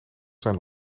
zijn